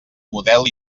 model